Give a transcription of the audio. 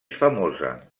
famosa